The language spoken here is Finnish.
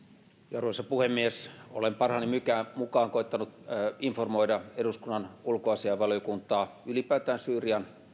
arvoisa puhemies olen parhaani mukaan koettanut informoida eduskunnan ulkoasiainvaliokuntaa ylipäätään syyrian